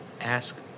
ask